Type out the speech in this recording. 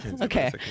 Okay